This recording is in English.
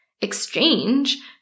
exchange